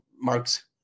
Mark's